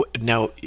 Now